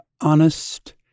honest